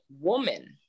woman